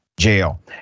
jail